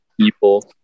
people